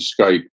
Skype